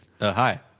Hi